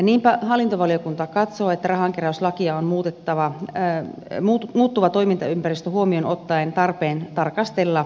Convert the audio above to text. niinpä hallintovaliokunta katsoo että rahankeräyslakia on muuttuva toimintaympäristö huomioon ottaen tarpeen tarkastella piakkoin uudelleen